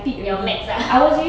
your max ah